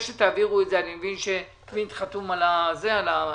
אני מבין שיעקב קוינט חתום על המכתב.